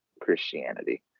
christianity